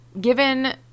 Given